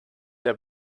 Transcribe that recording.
der